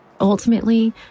Ultimately